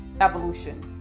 Evolution